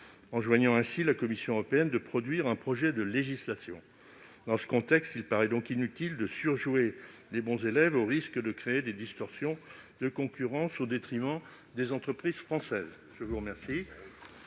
enjoignant ainsi à la Commission européenne de produire un projet de législation. Dans ce contexte, il paraît donc inutile de surjouer les bons élèves, au risque de créer des distorsions de concurrence au détriment des entreprises françaises. L'amendement